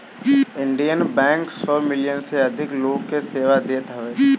Indian Bank सौ million से अधिक लोग के सेवा देत हवे